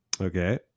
Okay